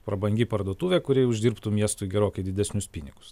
prabangi parduotuvė kuri uždirbtų miestui gerokai didesnius pinigus